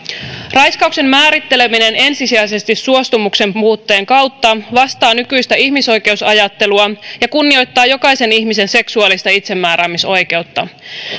raiskauksen määritteleminen ensisijaisesti suostumuksen puutteen kautta vastaa nykyistä ihmisoikeusajattelua ja kunnioittaa jokaisen ihmisen seksuaalista itsemääräämisoikeutta